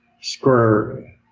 square